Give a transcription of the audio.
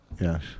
Yes